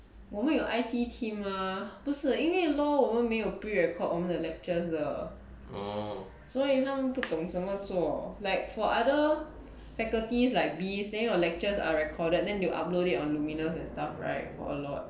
我们有 I_T team mah 不是 err 因为 law 我们没有 pre record 我们的 lectures 的所以他们不懂怎么做 like for other faculties like biz saying or lectures are recorded then you will uploaded on luminous and stuff right or not